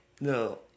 No